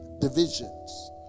divisions